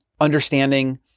understanding